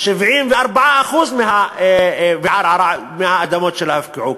74% מהאדמות שלו הופקעו.